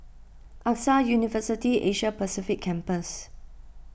Axa University Asia Pacific Campus